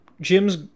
Jim's